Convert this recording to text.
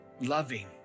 loving